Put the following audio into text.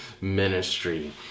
ministry